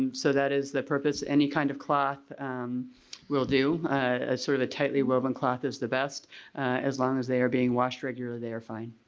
and so that is the purpose. any kind of cloth will do, a sort of a tightly woven cloth is the best as long as they are being washed regular they are fine.